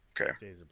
Okay